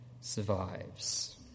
survives